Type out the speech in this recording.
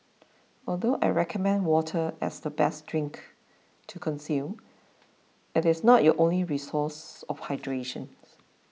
although I recommend water as the best drink to consume it is not your only resource of hydration